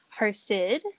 hosted –